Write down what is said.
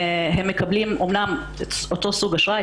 הם אמנם מקבלים את אותו סוג אשרה,